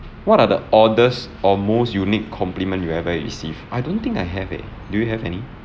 what are the oddest or most unique compliment you ever receive I don't think I have it do you have any